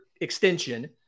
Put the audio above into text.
extension